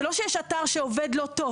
זה לא שיש אתר שעובד לא טוב.